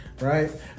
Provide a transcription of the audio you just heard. right